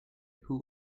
who